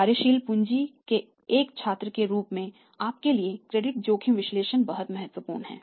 कार्यशील पूंजी के एक छात्र के रूप में आपके लिए क्रेडिट जोखिम विश्लेषण बहुत महत्वपूर्ण है